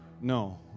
No